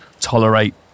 tolerate